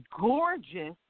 gorgeous